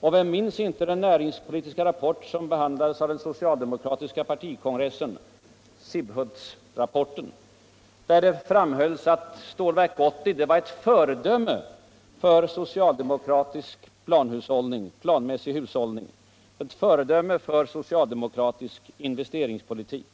Vem minns inte den näringspolitiska rapport som behandlades av den socialdemokratiska partikongressen — Sibbhultsrapporten — vari framhölls att Stålverk 80 var ett föredöme för soctaldemokratisk planhushållning och investeringspolitik?